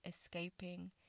escaping